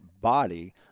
body